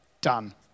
done